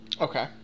Okay